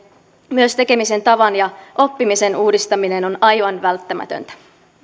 myös tekemisen tavan ja oppimisen uudistaminen on aivan välttämätöntä